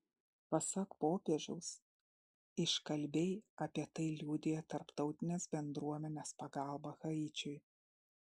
pasak popiežiaus iškalbiai apie tai liudija tarptautinės bendruomenės pagalba haičiui